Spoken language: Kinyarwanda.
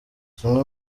zimwe